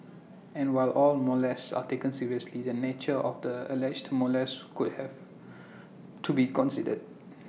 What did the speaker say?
and while all molests are taken seriously the nature of the alleged molest could have to be considered